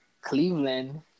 Cleveland